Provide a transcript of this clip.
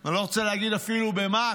אני לא רוצה להגיד אפילו במה,